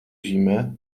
zimy